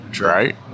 right